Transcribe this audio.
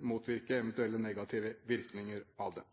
motvirke eventuelle negative virkninger av det.